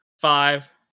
five